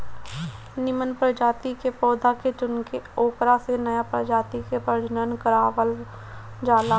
निमन प्रजाति के पौधा के चुनके ओकरा से नया प्रजाति के प्रजनन करवावल जाला